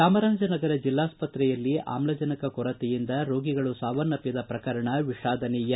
ಚಾಮರಾಜ ನಗರ ಜಿಲ್ಲಾಸ್ತ್ರೆಯಲ್ಲಿ ಆಮ್ಲಜನಕ ಕೊರತೆಯಿಂದ ರೋಗಿಗಳು ಸಾವನ್ನಪ್ಪಿದ ಪ್ರಕರಣ ವಿಷಾದನೀಯ